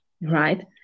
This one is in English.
right